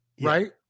right